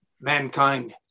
mankind